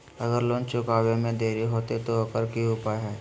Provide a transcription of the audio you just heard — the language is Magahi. अगर लोन चुकावे में देरी होते तो ओकर की उपाय है?